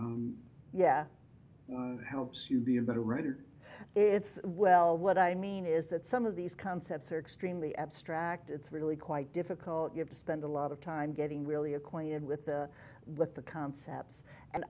writing yeah helps you be a better writer it's well what i mean is that some of these concepts are extremely abstract it's really quite difficult you have to spend a lot of time getting really acquainted with with the concepts and